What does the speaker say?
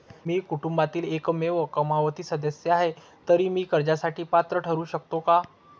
मी कुटुंबातील एकमेव कमावती सदस्य आहे, तर मी कर्जासाठी पात्र ठरु शकतो का?